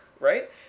right